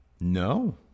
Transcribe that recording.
No